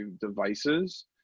devices